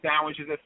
sandwiches